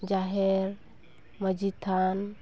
ᱡᱟᱦᱮᱨ ᱢᱟᱺᱡᱷᱤᱛᱷᱟᱱ